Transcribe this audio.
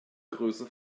größe